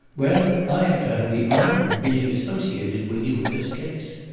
well, i am to have the honour of being associated with you in this case.